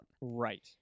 Right